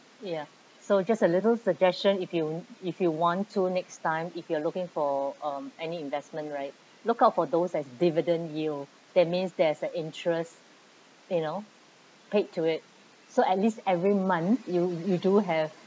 ya so just a little suggestion if you if you want to next time if you are looking for um any investment right look out for those as dividend yield that means there's an interest you know paid to it so at least every month you you do have